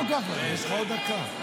יש לך עוד דקה.